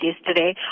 yesterday